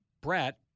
Brett